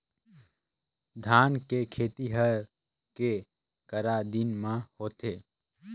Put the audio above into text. धान के खेती हर के करा दिन म होथे?